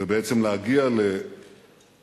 ובעצם להגיע לעצמאות